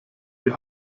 die